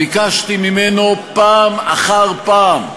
ביקשתי ממנו פעם אחר פעם,